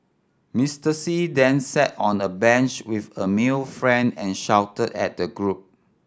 Mister See then sat on a bench with a male friend and shouted at the group